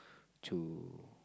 to